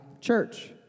church